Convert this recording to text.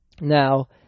Now